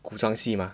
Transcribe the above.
古装戏吗